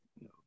no